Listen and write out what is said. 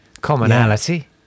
commonality